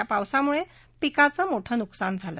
या पावसामुळे पिकाचे मोठे नुकसान झाले